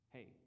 Hey